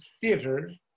theater